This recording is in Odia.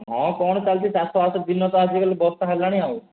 ହଁ କ'ଣ ଚାଲୁଛି ଚାଷ ବାସ ଦିନ ତ ଆଜିକାଲି ଖାଲି ବର୍ଷା ହେଲାଣି ଆଉ